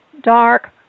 dark